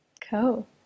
cool